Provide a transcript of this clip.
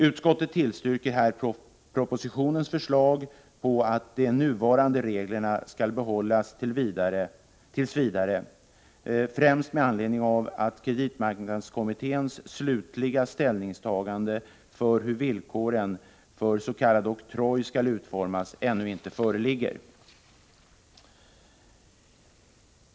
Utskottet tillstyrker här propositionens förslag att de nuvarande reglerna skall behållas tills vidare, främst med anledning av att kreditmarknadskommitténs slutliga ställningstagande för hur villkoren för s.k. oktroj skall utformas ännu inte föreligger.